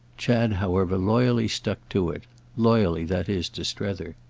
chad, however, loyally stuck to it loyally, that is, to strether.